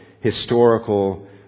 historical